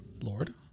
Lord